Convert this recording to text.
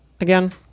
again